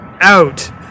out